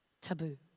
taboo